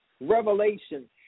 revelation